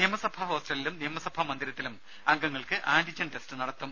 നിയമസഭാ ഹോസ്റ്റലിലും നിയമസഭാ മന്ദിരത്തിലും അംഗങ്ങൾക്ക് ആന്റിജൻ ടെസ്റ്റ് നടത്തും